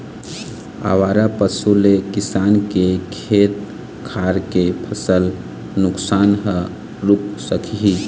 आवारा पशु ले किसान के खेत खार के फसल नुकसान ह रूक सकही